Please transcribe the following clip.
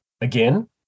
Again